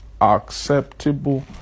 acceptable